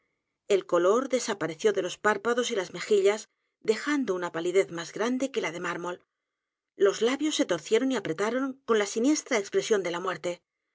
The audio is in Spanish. el color desapareció de los párpados y las mejillas dejando u n a palidez más g r a n d e que la del mármol los labios se torcieron y apretaron con la siniestra expresión de la m